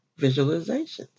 visualizations